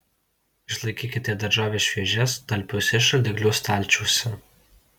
išlaikykite daržoves šviežias talpiuose šaldiklių stalčiuose